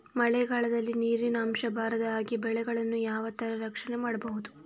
ಮಳೆಗಾಲದಲ್ಲಿ ನೀರಿನ ಅಂಶ ಬಾರದ ಹಾಗೆ ಬೆಳೆಗಳನ್ನು ಯಾವ ತರ ರಕ್ಷಣೆ ಮಾಡ್ಬಹುದು?